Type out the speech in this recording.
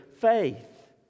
faith